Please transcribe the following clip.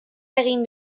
egin